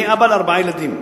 "אני אבא לארבעה ילדים.